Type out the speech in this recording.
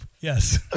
yes